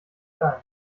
klein